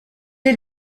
est